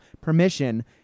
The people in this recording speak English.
permission